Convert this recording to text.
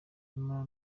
nyamara